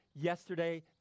yesterday